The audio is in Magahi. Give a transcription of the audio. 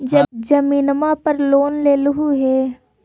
जमीनवा पर लोन लेलहु हे?